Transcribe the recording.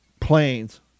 planes